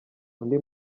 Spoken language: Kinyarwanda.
undi